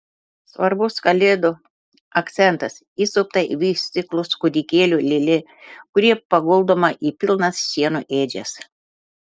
svarbus kalėdų akcentas įsupta į vystyklus kūdikėlio lėlė kuri paguldoma į pilnas šieno ėdžias